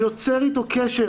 אותו מוקדן יוצר איתו קשר